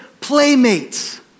playmates